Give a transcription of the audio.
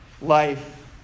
life